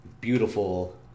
beautiful